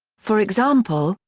for example,